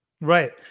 Right